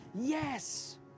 Yes